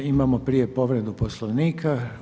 Imamo prije povredu Poslovnika.